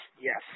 Yes